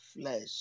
flesh